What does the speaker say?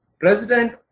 president